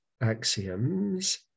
axioms